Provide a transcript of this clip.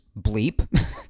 bleep